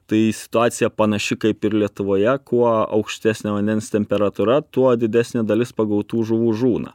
tai situacija panaši kaip ir lietuvoje kuo aukštesnė vandens temperatūra tuo didesnė dalis pagautų žuvų žūna